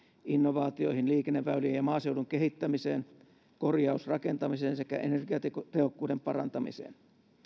innovaatioihin liikenneväylien ja maaseudun kehittämiseen korjausrakentamiseen sekä energiatehokkuuden parantamiseen